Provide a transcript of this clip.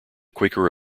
quaker